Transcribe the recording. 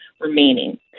remaining